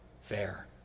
fair